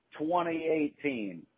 2018